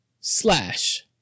slash